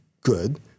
good